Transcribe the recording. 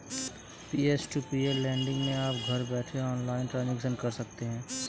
peer to peer lending मै आप घर बैठे ऑनलाइन ट्रांजेक्शन कर सकते है